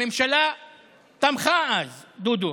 הממשלה תמכה אז, דודו.